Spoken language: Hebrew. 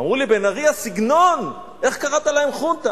אמרו לי: בן-ארי, הסגנון, איך קראת להם "חונטה"?